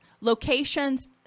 locations